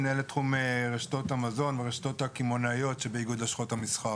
מנהל תחום רשתות המזון והרשתות הקמעונאיות שבאיגוד לשכות המסחר.